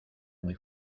muy